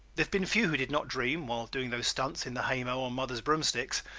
have been few who did not dream, while doing those stunts in the haymow on mother's broomstick,